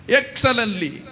excellently